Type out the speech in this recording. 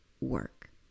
work